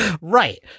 Right